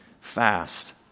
fast